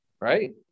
Right